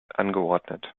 angeordnet